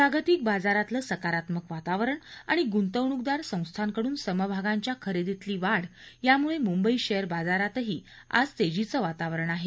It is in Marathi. जागतिक बाजारातलं सकारात्मक वातावरण आणि गुंतवणूकदार संस्थांकडून समभागांच्या खरेदीतली वाढ यामुळे मुंबई शेअर बाजारातही आज तेजीचं वातावरण आहे